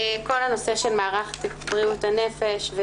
כל הנושא של מערך בריאות הנפש.